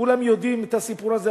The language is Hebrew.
כולם יודעים את הסיפור הזה,